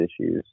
issues